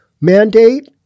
mandate